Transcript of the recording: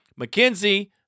McKenzie